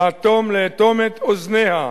לאטום את אוזניה,